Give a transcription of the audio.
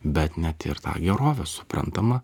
bet net ir ta gerovė suprantama